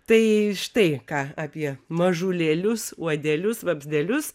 tai štai ką apie mažulėlius uodelius vamzdelius